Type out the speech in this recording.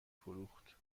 فروخت